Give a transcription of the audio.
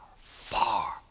far